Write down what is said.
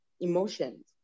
emotions